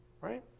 right